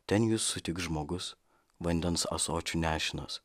ten jus sutiks žmogus vandens ąsočiu nešinas